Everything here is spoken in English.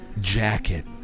jacket